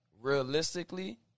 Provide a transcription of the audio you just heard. realistically